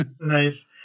Nice